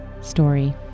story